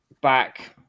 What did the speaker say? back